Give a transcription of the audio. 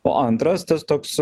o antras tas toks